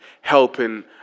helping